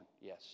yes